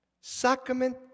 Sacrament